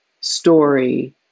story